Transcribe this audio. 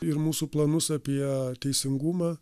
ir mūsų planus apie teisingumą